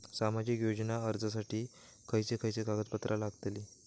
सामाजिक योजना अर्जासाठी खयचे खयचे कागदपत्रा लागतली?